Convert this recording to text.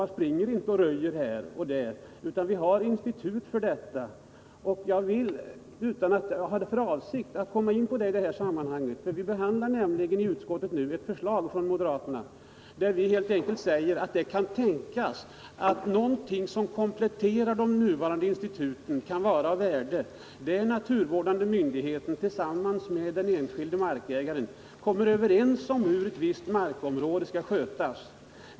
Man röjer inte här och där, utan att ha ett institut för detta. Jag vill — utan att ha haft för avsikt att komma in på det i detta sammanhang — upplysa om att vi i utskottet nu behandlar ett förslag från moderaterna, där vi säger att det kan tänkas att någonting som kompletterar de nuvarande instituten kan vara av värde. Och det är att den naturvårdande myndigheten tillsammans med den enskilde markägaren kommer överens om hur ett visst markområde skall skötas.